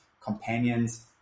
companions